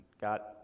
got